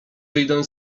wyjdę